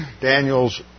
Daniel's